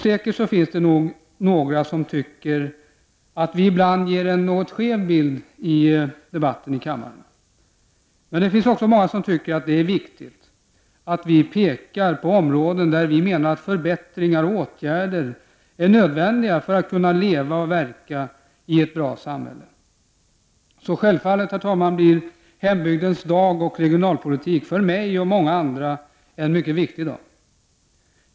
Säkert finns det några som tycker att vi ibland ger en något skev bild i debatten i kammaren. Men det finns också många som tycker att det är viktigt att vi pekar på områden där vi menar att förbättringar och åtgärder är nödvändiga för att medborgarna skall kunna leva och verka i ett bra samhälle. Självfallet blir därför hembygdens dag med behandlingen av regionalpolitiken för mig och många andra en viktig dag.